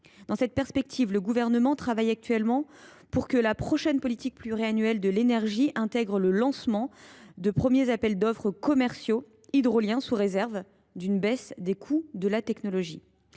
Dans cette perspective, le Gouvernement travaille actuellement pour que la prochaine politique pluriannuelle de l’énergie intègre le lancement de premiers appels d’offres commerciaux hydroliens, sous réserve d’une baisse des coûts de la technologie.